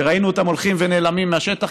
שראינו אותם הולכים ונעלמים מהשטח,